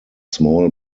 small